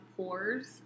pores